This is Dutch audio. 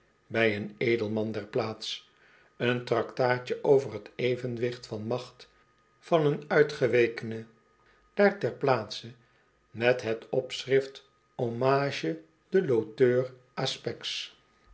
bij een edelman der plaats een traktaatje over het evenwicht van macht van een uitgewekene daar terplaatse met het opschrift hommage del auteur